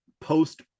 post